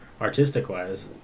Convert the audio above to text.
artistic-wise